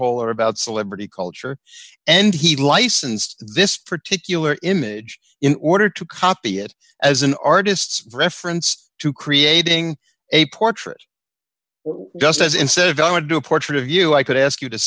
warhol or about celebrity culture and he licensed this particular image in order to copy it as an artist's reference to creating a portrait just as instead of going to a portrait of you i could ask you to